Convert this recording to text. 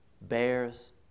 bears